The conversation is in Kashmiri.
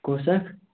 کُس اَکھ